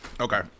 Okay